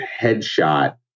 headshot